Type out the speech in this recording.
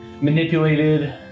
manipulated